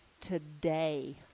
today